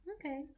Okay